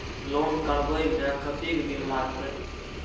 Loan करबे में कतेक दिन लागते?